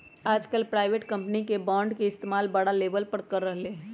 आजकल private company भी bond के इस्तेमाल बड़ा लेवल पर कर रहले है